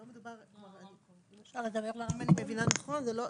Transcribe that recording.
אם אני מבינה נכון,